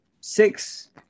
six